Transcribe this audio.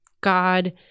God